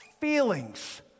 feelings